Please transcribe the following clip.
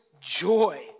joy